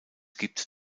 gibt